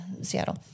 Seattle